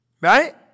Right